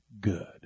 good